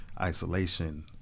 Isolation